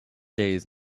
days